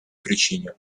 причине